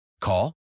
Call